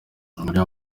uriya